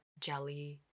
jelly